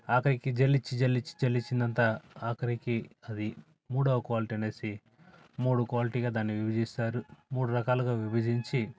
ఆఖరికి జల్లించి జల్లించి జల్లించింది అంతా ఆఖరికి అది మూడో క్వాలిటీ అనేసి మూడు క్వాలిటీగా దాన్ని విభజిస్తారు మూడు రకాలుగా విభజించి